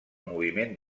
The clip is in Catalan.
moviment